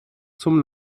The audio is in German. zum